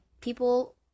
people